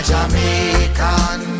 Jamaican